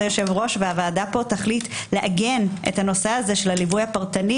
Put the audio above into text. היושב-ראש והוועדה יחליט לעגן את הנושא של הליווי הפרטני